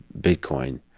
bitcoin